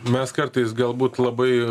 mes kartais galbūt labai